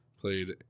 played